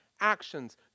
actions